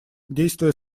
действуя